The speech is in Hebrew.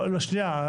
לא, שנייה.